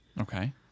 Okay